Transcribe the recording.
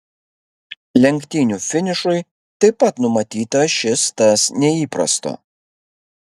lenktynių finišui taip pat numatyta šis tas neįprasto